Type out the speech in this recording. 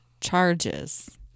charges